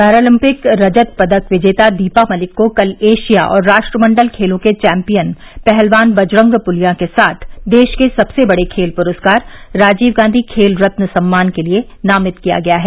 Paralympic रजत पदक विजेता दीपा मलिक को कल एशिया और राष्ट्रमंडल खेलों के चैंपियन पहलवान बजरंग पुनिया के साथ देश के सबसे बड़े खेल पुरस्कार रजीव गांधी खेल रत्न सम्मान के लिए नामित किया गया है